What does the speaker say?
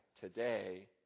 today